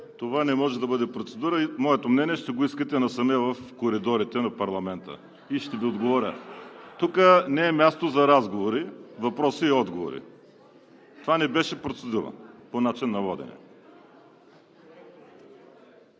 Това не може да бъде процедура. Моето мнение ще го искате насаме в коридорите на парламента и ще Ви отговоря. Тук не е място за разговори, въпроси и отговори. Това не беше процедура по начина на водене!